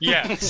Yes